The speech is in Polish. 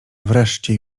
wreszcie